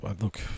look